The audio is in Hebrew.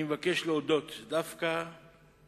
אני מבקש להודות דווקא